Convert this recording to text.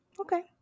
Okay